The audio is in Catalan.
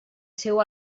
seu